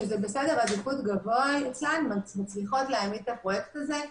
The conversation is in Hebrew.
שזה בסדר עדיפות גבוה אצלן והן מצליחות להעמיד את הפרויקט הזה.